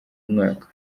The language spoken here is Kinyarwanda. mwaka